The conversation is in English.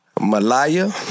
Malaya